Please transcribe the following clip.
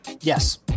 Yes